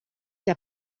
der